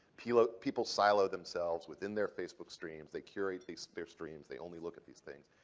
pelo people silo themselves within their facebook streams. they curate these their streams. they only look at these things.